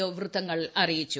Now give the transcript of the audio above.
O വൃത്തങ്ങൾ അറിയിച്ചു